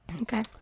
Okay